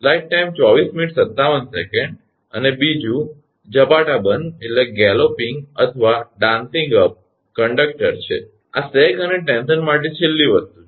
અને બીજું ઝપાટાબંધ અથવા ડાન્સીંગ અપ કંડક્ટર છે આ સેગ અને ટેન્શન માટે છેલ્લી વસ્તુ છે